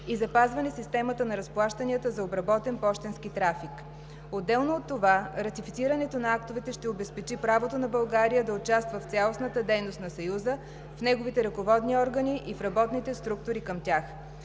и запазване системата на разплащанията за обработен пощенски трафик. Отделно от това ратифицирането на актовете ще обезпечи правото на България да участва в цялостната дейност на Съюза, в неговите ръководни органи и в работните структури към тях.